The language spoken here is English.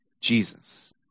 Jesus